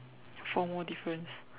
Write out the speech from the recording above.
four more difference